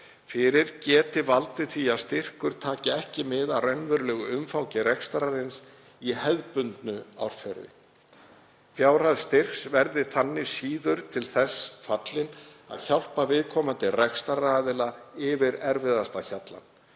fyrir geti valdið því að styrkur taki ekki mið af raunverulegu umfangi rekstrarins í hefðbundnu árferði. Fjárhæð styrks verði þannig síður til þess fallin að hjálpa viðkomandi rekstraraðila yfir erfiðasta hjallann,